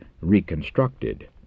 reconstructed